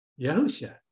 yahusha